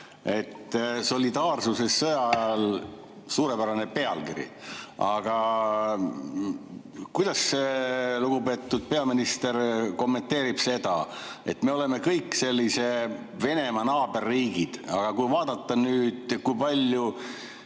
Solidaarsusest sõja ajal – suurepärane pealkiri. Aga kuidas lugupeetud peaminister kommenteerib seda, et me oleme kõik Venemaa naaberriigid, aga kui vaadata, kui palju